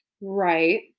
right